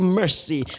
mercy